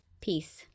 peace